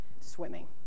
swimming